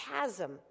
chasm